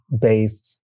based